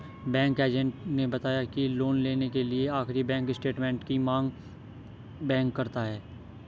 bank agent ने बताया की लोन लेने के लिए आखिरी बैंक स्टेटमेंट की मांग बैंक करता है